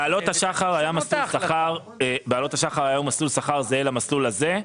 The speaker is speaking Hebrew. ב"עלות השחר" היה מסלול שכר זהה למסלול הזה,